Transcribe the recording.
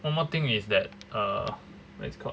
one more thing is that err what's it called